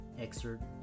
excerpt